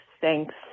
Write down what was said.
thanks